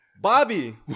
Bobby